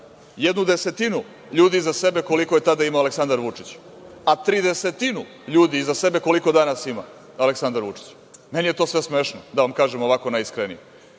jednu desetinu ljudi iza sebe koliko je tada imao Aleksandar Vučić, a tridesetinu ljudi iza sebe, koliko danas ima Aleksandar Vučić. Meni je to sve smešno, da vam kažem ovako najiskrenije. Druga